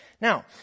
Now